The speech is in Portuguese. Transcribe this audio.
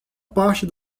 parte